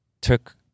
took